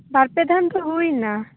ᱵᱟᱨ ᱯᱮ ᱫᱷᱟᱣ ᱛᱚ ᱦᱩᱭᱮᱱᱟ